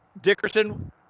Dickerson